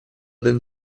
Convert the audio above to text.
then